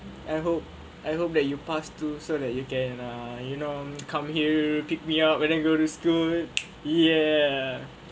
I hope I hope that you pass too so that you can err you know come here pick me up and then you go to school ya